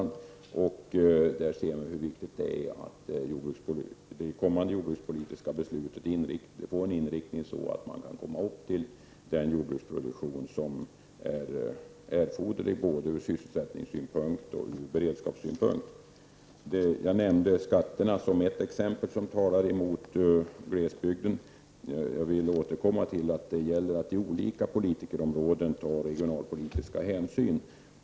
Det är därför viktigt att kommande jordbrukspolitiska beslut får en inriktning som innebär att den jordbruksproduktion som erfordras ur sysselsättningssynpunkt och beredskapssynpunkt upprätthålls. Jag nämnde skatterna som ett exempel som talar emot glesbygden. Jag vill återkomma till att det gäller att man inom olika politikerområden tar regionalpolitiska hänsyn.